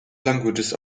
languages